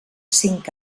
cinc